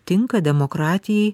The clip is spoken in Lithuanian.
tinka demokratijai